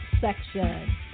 section